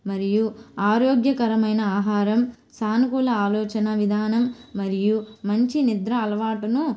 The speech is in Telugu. మరియు ఆరోగ్యకరమైన ఆహారం సానుకూల ఆలోచన విధానం మరియు మంచి నిద్ర అలవాటును